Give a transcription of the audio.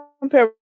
Compare